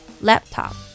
Laptop